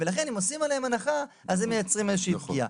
ולכן אם עושים עליהם הנחה אז הם מייצרים איזושהי פגיעה